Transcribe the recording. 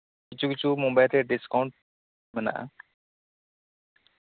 ᱠᱤᱪᱪᱷᱩ ᱠᱤᱪᱪᱷᱩ ᱢᱳᱵᱟᱭᱤᱞᱨᱮ ᱰᱤᱥᱠᱟᱩᱱᱴ ᱢᱮᱱᱟᱜᱼᱟ